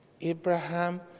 Abraham